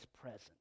present